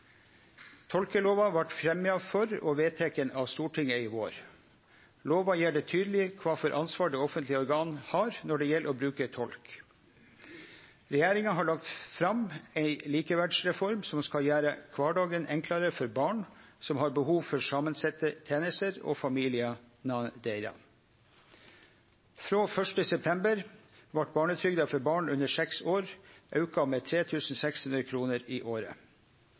Tolkelova vart fremja for og vedteken av Stortinget i vår. Lova gjer det tydeleg kva for ansvar offentlege organ har når det gjeld å bruke tolk. Regjeringa har lagt fram ei likeverdsreform som skal gjere kvardagen enklare for barn som har behov for samansette tenester, og familiane deira. Frå 1. september vart barnetrygda for barn under seks år auka med 3 600 kr i året.